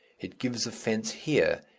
it gives offence here,